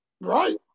Right